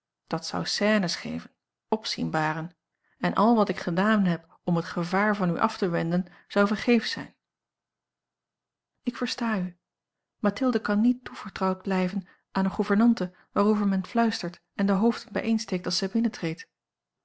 dat zou scènes geven opzien baren en al wat ik gedaan heb om het gevaar van u af te wenden zou vergeefs zijn ik versta u mathilde kan niet toevertrouwd blijven aan eene gouvernante waarover men fluistert en de hoofden bijeensteekt als zij binnentreedt